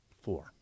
Four